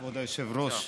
כבוד היושב-ראש.